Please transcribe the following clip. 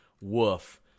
Woof